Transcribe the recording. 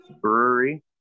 brewery